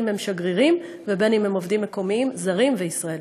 אם הם שגרירים ואם הם עובדים מקומיים: זרים וישראלים.